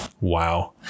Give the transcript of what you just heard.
Wow